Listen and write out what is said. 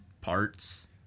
parts